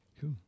Cool